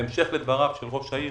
בהמשך לדבריו של ראש העיר,